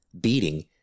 beating